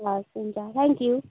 ए हवस् हुन्छ थ्याङ्क्यु